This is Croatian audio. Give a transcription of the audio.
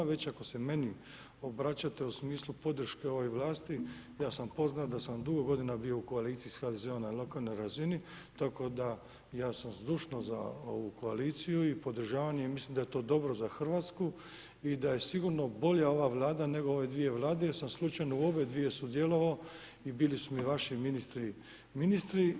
Već ako se meni obraćate u smislu podrške ovoj vlasti ja sam poznat da sam dugo godina bio u koaliciji sa HDZ-om na lokalnoj razini, tako da ja sam zdušno za ovu koaliciju i podržavam je i mislim da je to dobro za Hrvatsku i da je sigurno bolja ova Vlada nego ove dvije Vlade jer sam slučajno u obje dvije sudjelovao i bili su mi vaši ministri ministri.